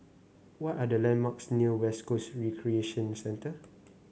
what are the landmarks near West Coast Recreation Centre